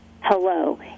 hello